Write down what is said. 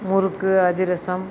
முறுக்கு அதிரசம்